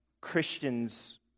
Christians